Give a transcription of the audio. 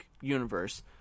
universe